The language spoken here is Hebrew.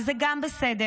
וזה גם בסדר,